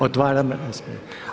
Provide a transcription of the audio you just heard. Otvaram raspravu.